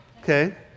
okay